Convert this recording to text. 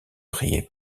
riait